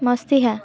ମସିହା